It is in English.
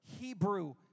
Hebrew